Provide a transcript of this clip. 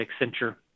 Accenture